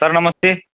sir Namaste